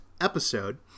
episode